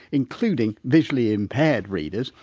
including visually impaired readers,